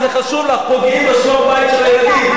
את, שזה חשוב לך, פוגעים בשלום-בית של הילדים.